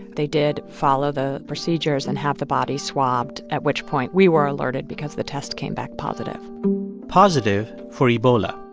they did follow the procedures and have the body swabbed, at which point we were alerted because the test came back positive positive for ebola.